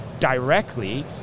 directly